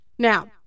Now